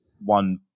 one